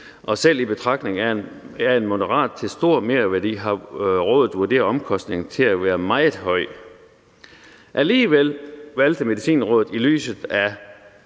og selv i betragtning af en moderat til stor merværdi har rådet vurderet omkostningen til at være meget høj. Alligevel valgte Medicinrådet i lyset af